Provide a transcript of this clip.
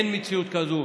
אין מציאות כזאת